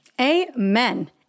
Amen